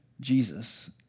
Jesus